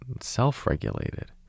self-regulated